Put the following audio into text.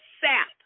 sap